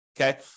okay